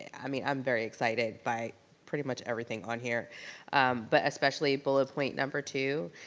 i mean, i'm very excited by pretty much everything on here but especially bullet point number two.